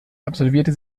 absolvierte